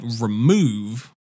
remove